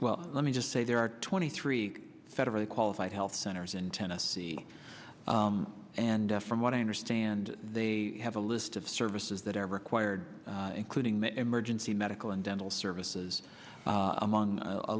well let me just say there are twenty three federally qualified health centers in tennessee and from what i understand they have a list of services that are required including the emergency medical and dental services among a